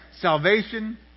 salvation